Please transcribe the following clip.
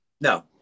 no